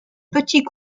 petit